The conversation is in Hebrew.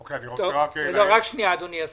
לא מסתדרים לי המספרים.